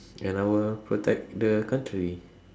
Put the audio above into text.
and I will protect the country